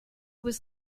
was